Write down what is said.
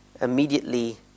immediately